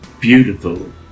beautiful